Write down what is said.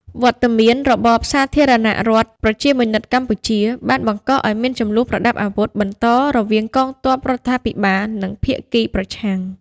វត្តមានរបបសាធារណរដ្ឋប្រជាមានិតកម្ពុជាបានបង្កឱ្យមានជម្លោះប្រដាប់អាវុធបន្តរវាងកងទ័ពរដ្ឋាភិបាល និងភាគីប្រឆាំង។